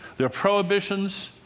their prohibitions,